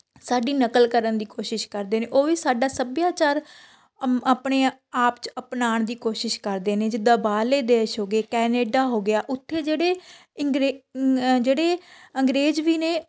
ਸਾਡੀ ਨਕਲ ਕਰਨ ਦੀ ਕੋਸ਼ਿਸ਼ ਕਰਦੇ ਨੇ ਉਹ ਵੀ ਸਾਡਾ ਸੱਭਿਆਚਾਰ ਆਪਣੇ ਆਪ 'ਚ ਅਪਣਾਉਣ ਦੀ ਕੋਸ਼ਿਸ਼ ਕਰਦੇ ਨੇ ਜਿੱਦਾਂ ਬਾਹਰਲੇ ਦੇਸ਼ ਹੋ ਗਏ ਕੈਨੇਡਾ ਹੋ ਗਿਆ ਉੱਥੇ ਜਿਹੜੇ ਇੰਗਰੇ ਜਿਹੜੇ ਅੰਗਰੇਜ਼ ਵੀ ਨੇ